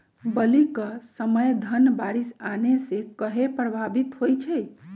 बली क समय धन बारिस आने से कहे पभवित होई छई?